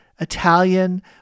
Italian